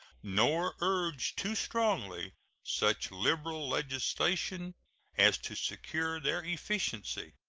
nor urge too strongly such liberal legislation as to secure their efficiency.